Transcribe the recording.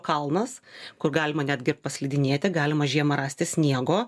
kalnas kur galima netgi ir paslidinėti galima žiemą rasti sniego